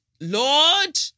Lord